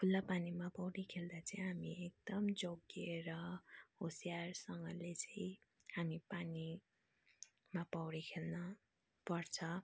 खुल्ला पानीमा पौडी खेल्दा चाहिँ हामी एकदम जोगिएर होसियारसँगले चाहिँ हामी पानीमा पौडी खेल्नपर्छ